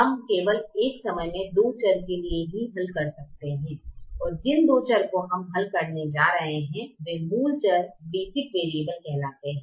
हम केवल एक समय में 2 चर के लिए ही हल कर सकते हैं और जिन 2 चर को हम हल करने जा रहे हैं वे मूल चर कहलाते हैं